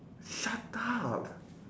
shut up